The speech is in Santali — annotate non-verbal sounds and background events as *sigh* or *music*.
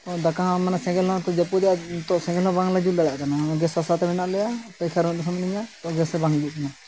ᱫᱟᱠᱟ ᱢᱟᱱᱮ ᱥᱮᱸᱜᱮᱞ ᱦᱚᱸ ᱡᱟᱹᱯᱩᱫᱮᱜᱼᱟᱭ ᱛᱚ ᱥᱮᱸᱜᱮᱞ ᱦᱚᱸ ᱵᱟᱝᱞᱮ ᱡᱩᱞ ᱫᱟᱲᱮᱭᱟᱜ ᱠᱟᱱᱟ ᱜᱮᱥ ᱟᱥᱟ ᱛᱮ ᱢᱮᱱᱟᱜ ᱞᱮᱭᱟ *unintelligible* ᱢᱤᱱᱟᱹᱧᱟ ᱛᱚ ᱜᱮᱥ ᱦᱚᱸ ᱵᱟᱝ ᱦᱤᱡᱩᱜ ᱠᱟᱱᱟ